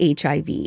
HIV